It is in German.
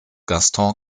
gaston